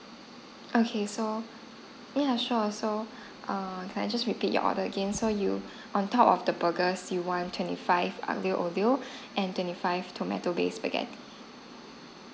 okay so yeah sure so err can I just repeat your order again so you on top of the burger you want twenty five aglio olio and twenty five tomato based spaghetti